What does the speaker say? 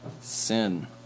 sin